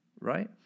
right